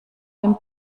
dem